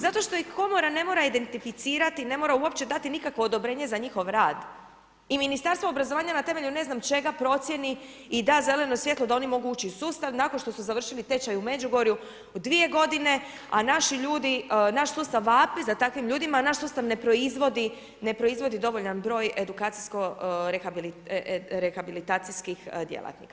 Zašto što ih komora ne mora identificirati, ne mora uopće dati nikakvo odobrenje za njihov rad i Ministarstvo obrazovanja na temelju ne znam čega, procijeni i da zeleno svjetlo da oni mogu ući u sustav nakon što su završili tečaj u Međugorju u 2 g. a naš sustav vapi za takvim ljudima, naš sustav ne proizvodi dovoljan broj edukacijsko-rehabilitacijskih djelatnika.